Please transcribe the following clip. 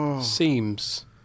Seems